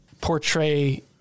portray